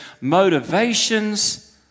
motivations